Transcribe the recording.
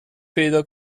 پیدا